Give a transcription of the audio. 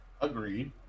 Agreed